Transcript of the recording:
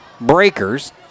breakers